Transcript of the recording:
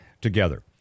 together